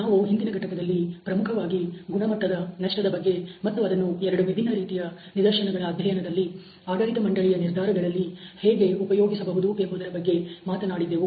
ನಾವು ಹಿಂದಿನ ಘಟಕದಲ್ಲಿ ಪ್ರಮುಖವಾಗಿ ಗುಣಮಟ್ಟದ ನಷ್ಟದ ಬಗ್ಗೆ ಮತ್ತು ಅದನ್ನು ಎರಡು ವಿಭಿನ್ನ ರೀತಿಯ ನಿದರ್ಶನಗಳ ಅಧ್ಯಯನದಲ್ಲಿ ಆಡಳಿತ ಮಂಡಳಿಯ ನಿರ್ಧಾರಗಳಲ್ಲಿ ಹೇಗೆ ಉಪಯೋಗಿಸಬಹುದು ಎಂಬುದರ ಬಗ್ಗೆ ಮಾತನಾಡಿದ್ದೆವು